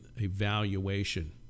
evaluation